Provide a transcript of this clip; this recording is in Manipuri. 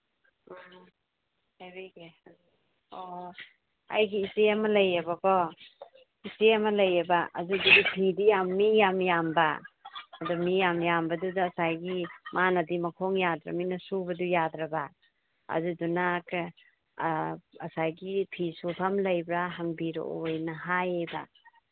ꯎꯝ ꯑꯣ ꯑꯩꯒꯤ ꯏꯆꯦ ꯑꯃ ꯂꯩꯌꯦꯕꯀꯣ ꯏꯆꯦ ꯑꯃ ꯂꯩꯌꯦꯕ ꯑꯗꯨꯗꯨꯒꯤ ꯐꯤꯗꯤ ꯃꯤ ꯌꯥꯝ ꯌꯥꯝꯕ ꯑꯗꯨ ꯃꯤ ꯌꯥꯝ ꯌꯥꯝꯕꯗꯨꯗ ꯉꯁꯥꯏꯒꯤ ꯃꯥꯅꯗꯤ ꯃꯈꯣꯡ ꯌꯥꯗ꯭ꯔꯕꯅꯤꯅ ꯁꯨꯕꯗꯤ ꯌꯥꯗ꯭ꯔꯕ ꯑꯗꯨꯗꯨꯅ ꯉꯁꯥꯏꯒꯤ ꯐꯤ ꯁꯨꯐꯝ ꯂꯩꯕ꯭ꯔꯥ ꯍꯪꯕꯤꯔꯛꯑꯣꯅ ꯍꯥꯏꯌꯦꯕ